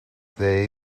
they